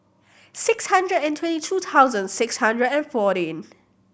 six hundred and twenty two thousand six hundred and fourteen